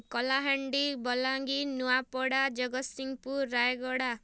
Kalahandi Balangir Nuapada Jagatsinghpur Rayagada